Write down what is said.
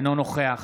אינו נוכח